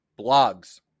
blogs